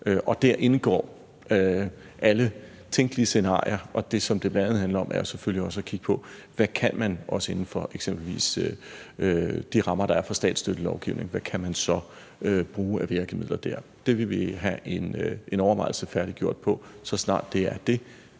Der indgår alle tænkelige scenarier, og det, som det bl.a. handler om, er jo selvfølgelig også at kigge på, hvad man, også inden for eksempelvis de rammer, der er for statsstøttelovgivning, så kan bruge af virkemidler der. Det vil vi have en overvejelse færdiggjort på. Så snart den er det,